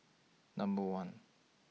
Number one